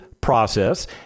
process